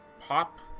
pop